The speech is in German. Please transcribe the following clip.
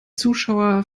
zuschauer